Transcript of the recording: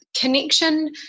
connection